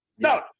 No